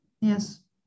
yes